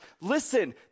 listen